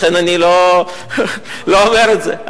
לכן אני לא אומר את זה,